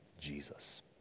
jesus